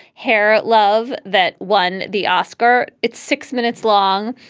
hair love that won the oscar. it's six minutes long.